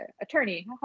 Attorney